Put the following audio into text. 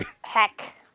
Heck